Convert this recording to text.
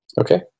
Okay